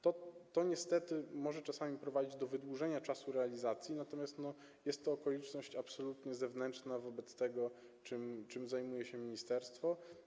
To niestety może czasami prowadzić do wydłużenia czasu realizacji, natomiast jest to okoliczność absolutnie zewnętrzna wobec tego, czym zajmuje się ministerstwo.